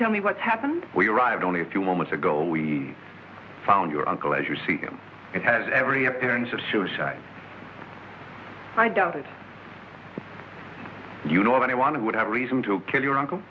tell me what's happened we arrived only a few moments ago we found your uncle as you see him it has every appearance of suicide i doubt it you know anyone who would have reason to kill your uncle